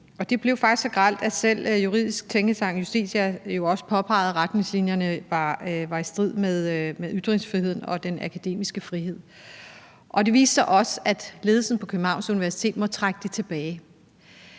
Det blev faktisk så grelt, at selv den juridiske tænketank Justitia jo også påpegede, at retningslinjerne var i strid med ytringsfriheden og den akademiske frihed. Det viste sig også, at ledelsen på Københavns Universitet måtte trække det tilbage.